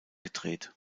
gedreht